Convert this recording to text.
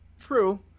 true